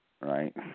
right